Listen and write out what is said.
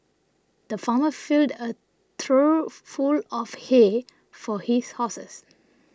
the farmer filled a trough full of hay for his horses